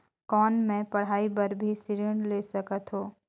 कौन मै पढ़ाई बर भी ऋण ले सकत हो?